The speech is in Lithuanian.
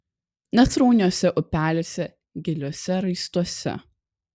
nesrauniuose upeliuose giliuose raistuose